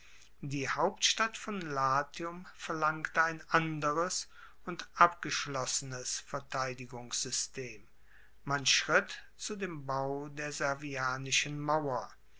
die hauptstadt von latium verlangte ein anderes und abgeschlossenes verteidigungssystem man schritt zu dem bau der servianischen mauer